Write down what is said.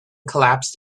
collapsed